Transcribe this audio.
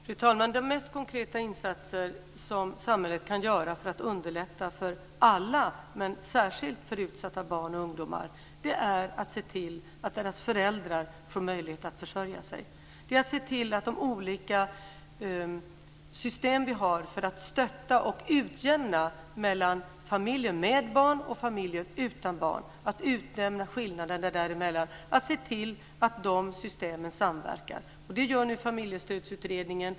Fru talman! De mest konkreta insatser samhället kan göra för att underlätta för alla, men särskilt för utsatta barn och ungdomar, är att se till att deras föräldrar får möjlighet att försörja sig och se till att de olika system vi har för att stötta och utjämna mellan familjer med barn och familjer utan barn samverkar. Det gör nu Familjestödsutredningen.